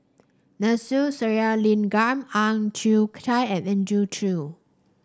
Sathyalingam Ang Chwee Chai and Andrew Chew